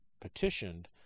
petitioned